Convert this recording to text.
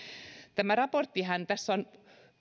tämä raporttihan